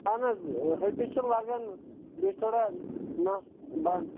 اہن حظ ہٹِس چھُم لگان بیٚیہِ چھُ تھوڑا نَس بنٛد